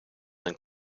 een